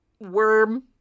worm